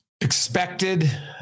Expected